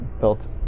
built